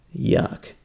Yuck